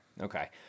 Okay